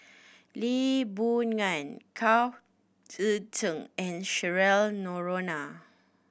Lee Boon Ngan Chao Tzee Cheng and Cheryl Noronha